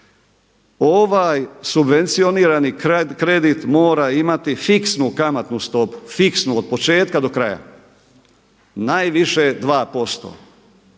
Ovaj subvencionirani kredit mora imati fiksnu kamatnu stopu, fiksnu od početka do kraja najviše 2%,